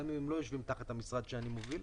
גם אם הם לא יושבים תחת המשרד שאני מוביל.